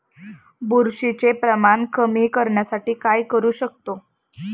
बुरशीचे प्रमाण कमी करण्यासाठी काय करू शकतो?